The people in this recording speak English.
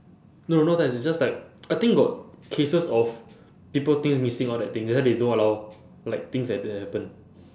no not that it's just like I think got cases of people things missing all that thing that's why they don't allow like things like that to happen